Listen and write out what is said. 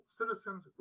citizens